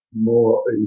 more